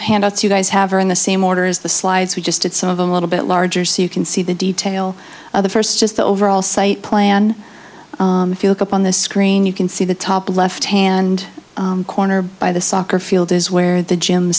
handouts you guys have are in the same order as the slides we just did some of them a little bit larger so you can see the detail of the first is the overall site plan if you look up on the screen you can see the top left hand corner by the soccer field is where the gym